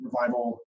revival